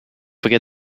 forget